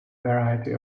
variety